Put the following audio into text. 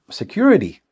security